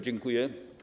Dziękuję.